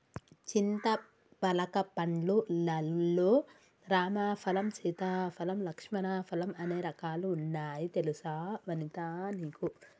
చింతపలక పండ్లు లల్లో రామ ఫలం, సీతా ఫలం, లక్ష్మణ ఫలం అనే రకాలు వున్నాయి తెలుసా వనితా నీకు